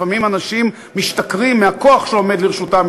לפעמים אנשים משתכרים מהכוח שעומד לרשותם,